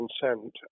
consent